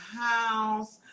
house